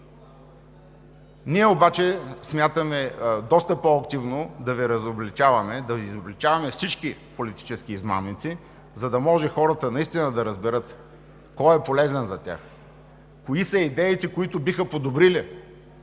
Ние обаче смятаме доста по-активно да Ви разобличаваме, да изобличаваме всички политически измамници, за да може хората наистина да разберат кой е полезен за тях, кои са идеите, които биха подобрили